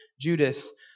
Judas